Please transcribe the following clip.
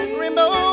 rainbow